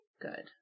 good